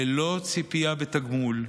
ללא ציפייה לתגמול,